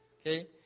okay